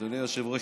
אדוני היושב-ראש,